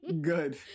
good